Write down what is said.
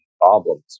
problems